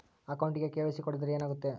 ಅಕೌಂಟಗೆ ಕೆ.ವೈ.ಸಿ ಕೊಡದಿದ್ದರೆ ಏನಾಗುತ್ತೆ?